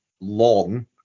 long